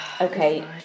okay